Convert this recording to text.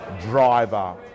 driver